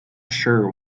sure